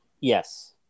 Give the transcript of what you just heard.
Yes